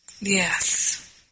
Yes